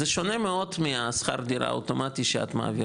זה שונה מאוד משכר הדירה האוטומטי שאת מעבירה.